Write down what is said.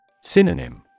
Synonym